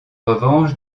revanche